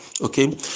Okay